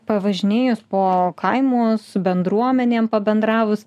pavažinėjus po kaimus su bendruomenėm pabendravus